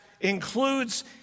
includes